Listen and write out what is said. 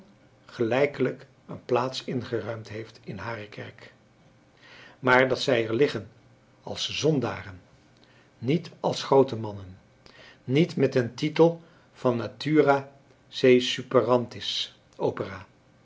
gelijkelijk een plaats ingeruimd heeft in hare kerk maar dat zij er liggen als zondaren niet als groote mannen niet met den titel van naturae se superantis opera